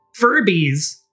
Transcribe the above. Furbies